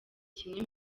kimwe